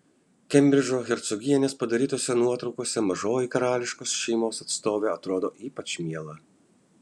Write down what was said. kembridžo hercogienės padarytose nuotraukose mažoji karališkosios šeimos atstovė atrodo ypač miela